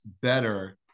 better